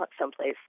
someplace